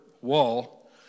wall